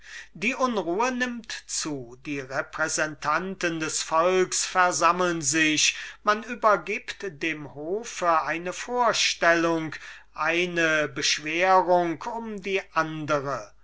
die unruhe nimmt zu die repräsentanten des volks versammeln sich man übergibt euch eine vorstellung eine beschwerung um die andere